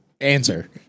answer